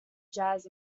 jazz